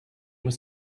was